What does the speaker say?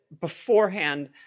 beforehand